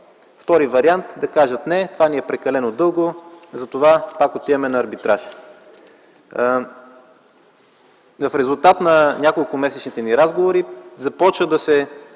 Вторият вариант би бил да кажат: „Не, това ни е прекалено дълго”, затова пак отиваме на арбитраж. В резултат на няколкомесечните ни разговори започва да се